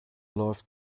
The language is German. läuft